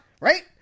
right